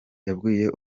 yabwiye